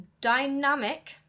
Dynamic